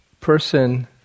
person